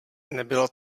nebyla